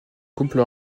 couple